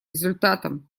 результатом